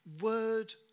Word